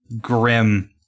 grim